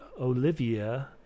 Olivia